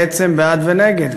בעד ונגד,